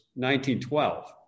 1912